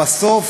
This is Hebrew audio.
ובסוף